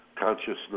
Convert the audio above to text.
consciousness